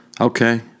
Okay